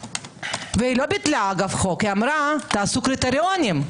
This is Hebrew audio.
והיא לא ביטלה חוק אלא אמרה תעשו קריטריונים,